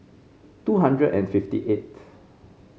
two hundred and fifty eighth